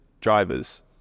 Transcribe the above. drivers